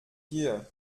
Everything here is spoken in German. dir